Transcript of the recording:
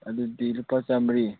ꯑꯗꯨꯗꯤ ꯂꯨꯄꯥ ꯆꯥꯝꯃꯔꯤ